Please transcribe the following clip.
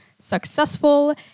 successful